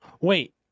Wait